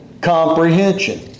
comprehension